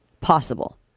possible